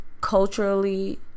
culturally